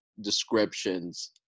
descriptions